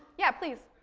yeah please.